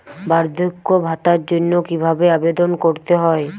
বার্ধক্য ভাতার জন্য কিভাবে আবেদন করতে হয়?